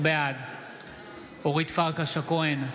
בעד אורית פרקש הכהן,